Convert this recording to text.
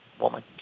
woman